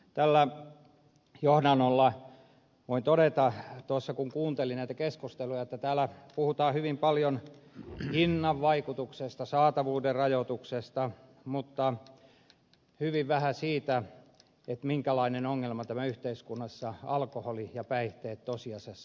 tällä johdannolla voin todeta kun kuuntelin näitä keskusteluja että täällä puhutaan hyvin paljon hinnan vaikutuksesta saatavuuden rajoituksesta mutta hyvin vähän siitä että minkälainen ongelma alkoholi ja päihteet yhteiskunnassa tosiasiassa on